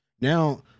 Now